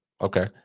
Okay